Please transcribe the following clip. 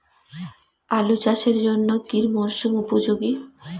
আলু চাষের জন্য কি মরসুম উপযোগী?